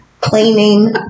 Cleaning